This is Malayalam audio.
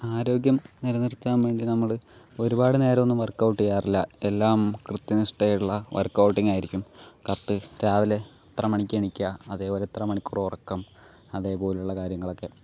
ആരോഗ്യം നിലനിർത്താൻ വേണ്ടി നമ്മൾ ഒരുപാട് നേരമൊന്നും വർക്കൌട്ട് ചെയ്യാറില്ല എല്ലാം കൃത്യനിഷ്ഠയുള്ള വർക്ക് ഔട്ടിങ്ങ് ആയിരിക്കും കറക്റ്റ് രാവിലെ ഇത്ര മണിക്ക് എണീക്കുക അതേ പോലെ ഇത്ര മണിക്കൂർ ഉറക്കം അതേ പോലുള്ള കാര്യങ്ങളൊക്കെ